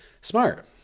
smart